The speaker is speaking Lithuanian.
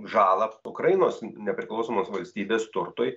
žalą ukrainos nepriklausomos valstybės turtui